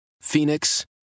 Phoenix